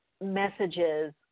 messages